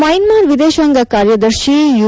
Myanmar ವಿದೇಶಾಂಗ ಕಾರ್ಯದರ್ಶಿ you